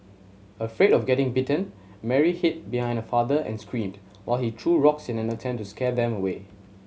afraid of getting bitten Mary hid behind her father and screamed while he threw rocks in an attempt to scare them away